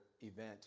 event